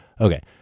Okay